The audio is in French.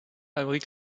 abrite